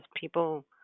people